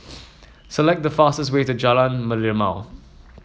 select the fastest way to Jalan Merlimau